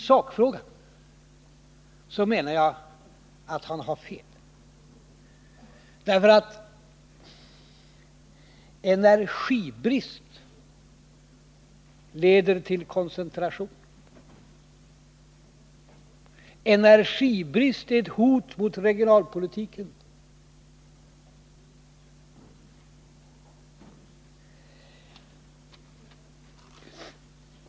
Isakfrågan menar jag att Jörn Svensson har fel, därför att energibrist leder till koncentration, energibrist är ett hot mot regionalpolitiken.